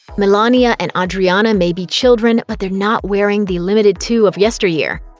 milania and audriana may be children, but they're not wearing the limited too of yesteryear.